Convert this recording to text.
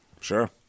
Sure